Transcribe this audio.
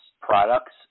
products